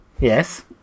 Yes